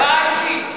הודעה אישית.